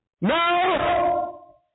No